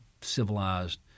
civilized